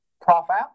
profile